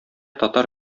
татар